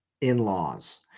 in-laws